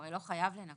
הוא הרי לא חייב לנכות.